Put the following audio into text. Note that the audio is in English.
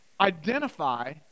identify